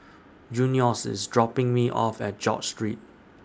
Junious IS dropping Me off At George Street